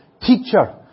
Teacher